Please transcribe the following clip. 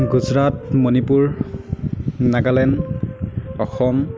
Gujarat Manipur Nagaland Assam